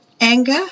anger